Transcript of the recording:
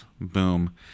Boom